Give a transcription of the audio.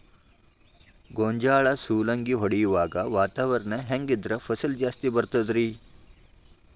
ಗೋಂಜಾಳ ಸುಲಂಗಿ ಹೊಡೆಯುವಾಗ ವಾತಾವರಣ ಹೆಂಗ್ ಇದ್ದರ ಫಸಲು ಜಾಸ್ತಿ ಬರತದ ರಿ?